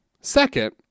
Second